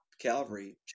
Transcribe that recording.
Calvary